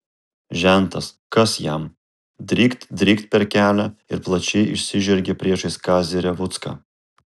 žentas kas jam drykt drykt per kelią ir plačiai išsižergė priešais kazį revucką